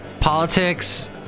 Politics